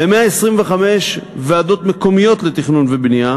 ל-125 ועדות מקומיות לתכנון ובנייה,